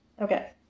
Okay